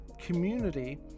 community